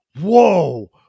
whoa